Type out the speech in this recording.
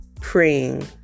praying